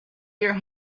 your